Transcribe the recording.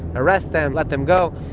arrest them, let them go.